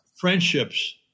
friendships